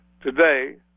today